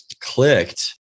clicked